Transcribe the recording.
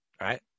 Right